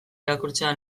irakurtzea